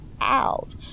out